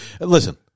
Listen